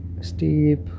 steep